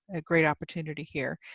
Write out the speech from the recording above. a great opportunity here.